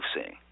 seeing